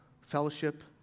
fellowship